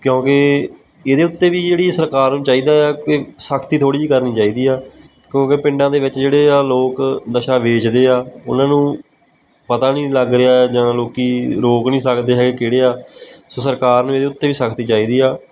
ਕਿਉਂਕਿ ਇਹਦੇ ਉੱਤੇ ਵੀ ਜਿਹੜੀ ਸਰਕਾਰ ਨੂੰ ਚਾਹੀਦਾ ਆ ਕਿ ਸਖਤੀ ਥੋੜ੍ਹੀ ਜਿਹੀ ਕਰਨੀ ਚਾਹੀਦੀ ਆ ਕਿਉਂਕਿ ਪਿੰਡਾਂ ਦੇ ਵਿੱਚ ਜਿਹੜੇ ਆ ਲੋਕ ਨਸ਼ਾ ਵੇਚਦੇ ਆ ਉਹਨਾਂ ਨੂੰ ਪਤਾ ਨਹੀਂ ਲੱਗ ਰਿਹਾ ਜਾਂ ਲੋਕ ਰੋਕ ਨਹੀਂ ਸਕਦੇ ਹੈਗੇ ਕਿਹੜੇ ਆ ਸੋ ਸਰਕਾਰ ਨੂੰ ਇਹਦੇ ਉੱਤੇ ਵੀ ਸਖਤੀ ਚਾਹੀਦੀ ਆ